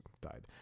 died